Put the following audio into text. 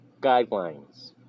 Guidelines